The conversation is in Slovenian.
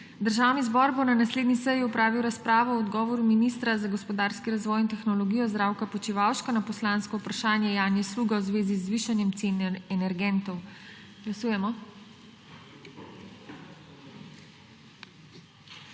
Državni zbor bo na naslednji seji opravil razpravo o odgovoru ministra za gospodarski razvoj in tehnologijo Zdravka Počivalška na poslansko vprašanje Janje Sluga v zvezi z višanjem cen energentov. Glasujemo.